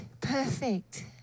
perfect